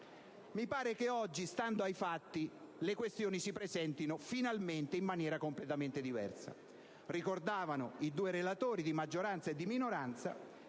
tasse. Oggi, stando ai fatti, le questioni si presentano in maniera completamente diversa. Ricordavano i due relatori, di maggioranza e di minoranza,